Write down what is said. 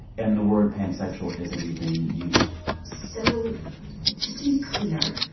and the word pansexual isn't even used so just to be clear,